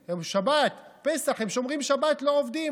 שבת, פסח, הם שומרים שבת, לא עובדים.